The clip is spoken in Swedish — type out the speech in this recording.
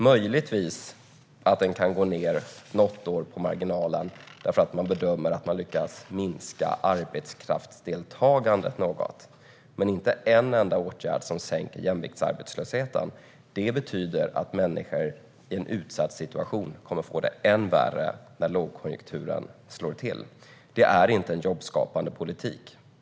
Möjligtvis kan den på marginalen gå ned något år därför att man bedömer att man lyckas minska arbetskraftsdeltagandet något. Men inte en enda åtgärd som sänker jämviktsarbetslösheten föreslås. Det betyder att människor i en utsatt situation kommer att få det än värre när lågkonjunkturen slår till. Det är inte en jobbskapande politik.